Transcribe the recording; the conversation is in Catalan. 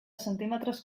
decímetres